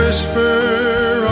Whisper